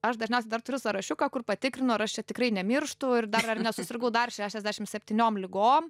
aš dažniausiai dar turiu sąrašiuką kur patikrinau ar aš čia tikrai nemirštu ir dar ar nesusirgau dar šešiasdešimt septyniom ligom